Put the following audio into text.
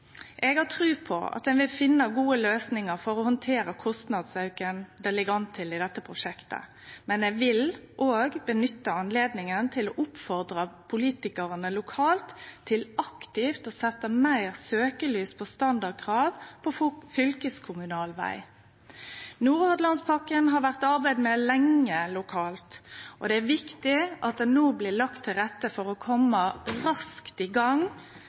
kostnadsauken det ligg an til i dette prosjektet, men eg vil òg nytte anledninga til å oppfordre politikarane lokalt til aktivt å setje meir søkjelys på standardkrava på fylkeskommunal veg. Nordhordlandspakken har vore arbeidd med lenge lokalt, og det er viktig at det no blir lagt til rette for å kome raskt i gang